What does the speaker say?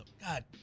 God